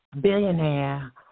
Billionaire